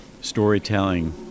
storytelling